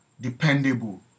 dependable